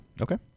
Okay